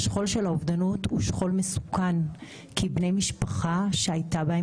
השכול של האובדנות הוא שכול מסוכן כי בני משפחה שהייתה בהם